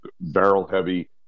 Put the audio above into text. barrel-heavy